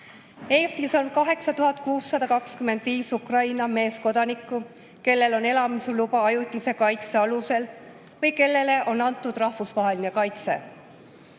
Eestis on 8625 Ukraina meeskodanikku, kellel on elamisluba ajutise kaitse alusel või kellele on antud rahvusvaheline kaitse.